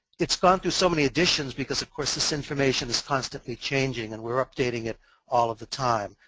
it's gone through so many editions because, of course, this information is constantly changing and we're updating it all of the time.